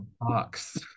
box